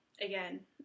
again